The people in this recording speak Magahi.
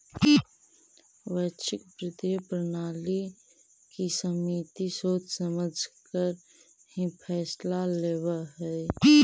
वैश्विक वित्तीय प्रणाली की समिति सोच समझकर ही फैसला लेवअ हई